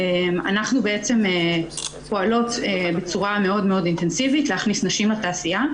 אנחנו בעצם פועלות בצורה מאוד מאוד אינטנסיבית להכניס נשים לתעשייה.